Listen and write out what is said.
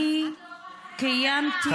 אני קיימתי דיון,